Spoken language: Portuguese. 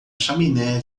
chaminé